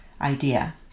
idea